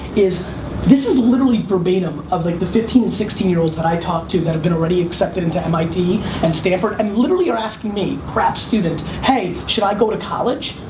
is this is literally verbatim of like the fifteen and sixteen year olds that i talked to that have been already accepted into mit and stanford and literally are asking me, crap student, hey, should i go to college?